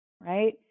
Right